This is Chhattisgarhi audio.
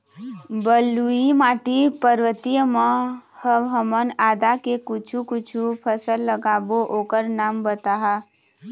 बलुई माटी पर्वतीय म ह हमन आदा के कुछू कछु फसल लगाबो ओकर नाम बताहा?